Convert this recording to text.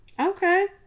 okay